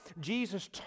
Jesus